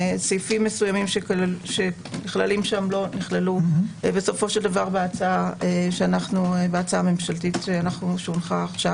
סעיפים שנכללים שם לא נכללו בסופו של דבר בהצעה הממשלתית שהנחנו כעת,